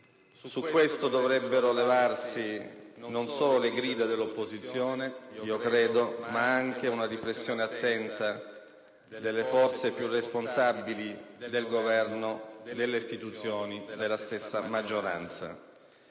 Su questo dovrebbero levarsi non solo le grida dell'opposizione, ma anche una riflessione attenta delle forze più responsabili del Governo, delle istituzioni, della stessa maggioranza.